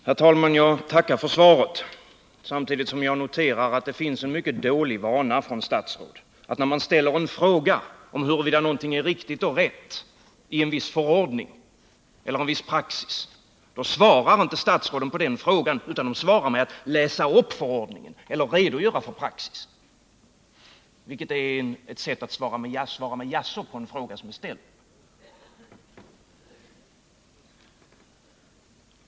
Herr talman! Jag tackar för svaret samtidigt som jag noterar att det finns en mycket dålig vana hos statsråden: När man ställer en fråga huruvida någonting är rätt eller riktigt i en viss förordning eller en viss praxis, så svarar inte statsrådet på den frågan utan med att läsa upp förordningen eller redogöra för praxis. Det är ett sätt att svara med jaså på en fråga som är ställd!